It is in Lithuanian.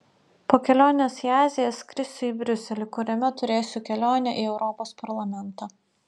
po kelionės į aziją skrisiu į briuselį kuriame turėsiu kelionę į europos parlamentą